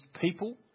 people